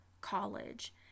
college